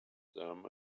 them